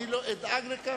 אני אדאג לכך שלא יפריעו.